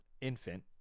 infant